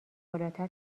بالاتر